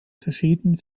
verschiedenen